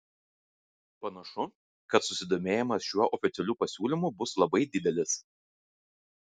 panašu kad susidomėjimas šiuo oficialiu pasiūlymu bus labai didelis